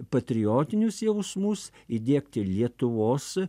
patriotinius jausmus įdiegti lietuvos